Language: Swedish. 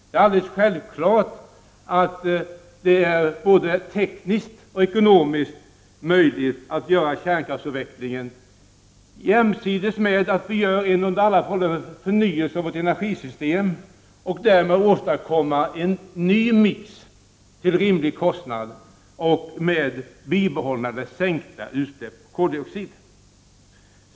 Det är alldeles självklart att det är både tekniskt och ekonomiskt möjligt att göra kärnkraftsavvecklingen jämsides med att vi genomför en förnyelse av vårt energisystem och därigenom åstadkommer en ny ”mix” till rimlig kostnad och med bibehållna eller sänkta utsläpp av koldioxid.